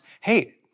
hey